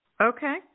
Okay